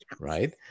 right